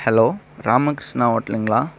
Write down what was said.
hello Ramakrishna ஹோட்டலுங்களா